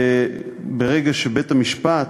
ברגע שבית-המשפט